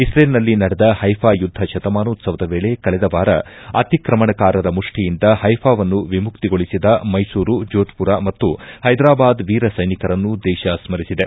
ಇತ್ರೇಲ್ನಲ್ಲಿ ನಡೆದ ಹೈಫಾ ಯುದ್ದ ಶತಮಾನೋತ್ಲವದ ವೇಳೆ ಕಳೆದ ವಾರ ಅತಿಕ್ರಮಣಕಾರರ ಮುಷ್ಠಿಯಿಂದ ಹೈಫಾವನ್ನು ವಿಮುಕ್ತಿಗೊಳಿಸಿದ ಮೈಸೂರು ಜೋದ್ಪುರ ಮತ್ತು ಹೈದರಾಬಾದ್ ವೀರ ಸೈನಿಕರನ್ನು ದೇಶ ಸ್ಥರಿಸಿದೆ